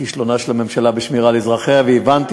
בשביל זה אני באתי